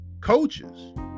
coaches